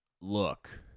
look